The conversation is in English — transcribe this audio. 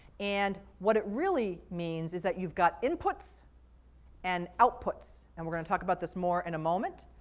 and what it really means is that you've got inputs and outputs, and we're going to talk about this more in a moment.